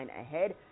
ahead